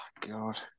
God